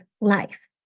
life